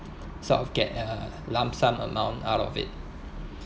sort of get a lump sum amount out of it